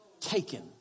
taken